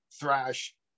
thrash